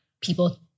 people